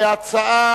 כהצעה